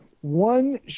One